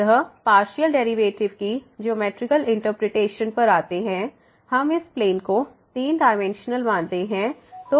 अतःपार्शियल derivative की geometrical interpretation पर आते हैं हम इस प्लेन को 3 डायमेंशनल मानते हैं